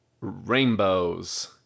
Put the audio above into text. rainbows